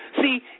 See